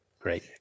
great